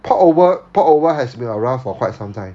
port over port over has been around for quite some time